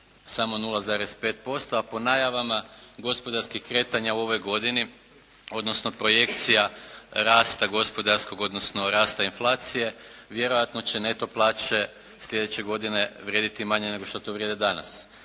samo 0,5% a po najavama gospodarskih kretanja u ovoj godini odnosno projekcija rasta gospodarskog odnosno rasta inflacije vjerojatno će neto plaće slijedeće godine vrijediti manje nego što to vrijede danas.